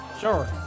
Sure